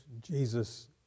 Jesus